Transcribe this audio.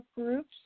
groups